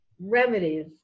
remedies